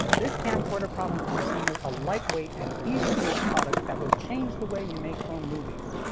this camcorder promised consumers a lightweight and easy-to-use product that would change the way you make home movies.